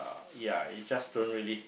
ya you just don't really